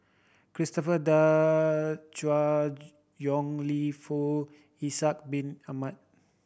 Christopher De Yong Lew Foong Ishak Bin Ahmad